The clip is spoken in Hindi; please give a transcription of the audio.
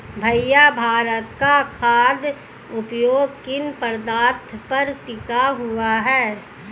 भैया भारत का खाघ उद्योग किन पदार्थ पर टिका हुआ है?